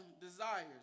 desires